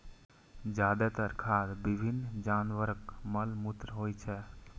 जादेतर खाद विभिन्न जानवरक मल मूत्र होइ छै